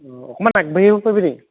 অ অকণমান আগবাঢ়ি আহিব পাৰিবি নি